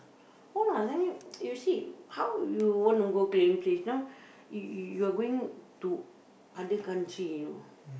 ya lah then you you see how you want to go clean place now you you're going to other country you know